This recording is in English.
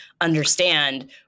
understand